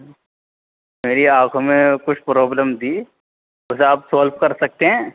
میری آنکھوں میں کچھ پرابلم تھی ویسے آپ سالو کر سکتے ہیں